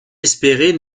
espérer